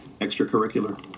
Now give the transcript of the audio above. extracurricular